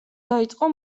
დაიწყო